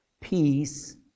Peace